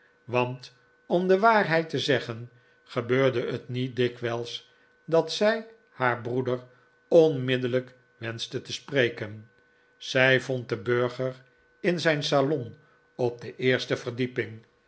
want om de waarheid te zeggen gebeurde het niet dikwijls dat zij haarbroeder onmiddellijk wenschte te spreken zij vond den burger in zijn salon op de eerste verdieping